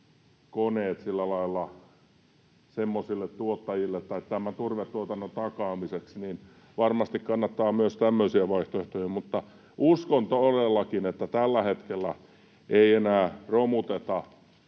ottaisi haltuunsa nämä koneet tämän turvetuotannon takaamiseksi. Varmasti kannattaa myös tämmöisiä vaihtoehtoja... Mutta uskon todellakin, että tällä hetkellä ei enää romuteta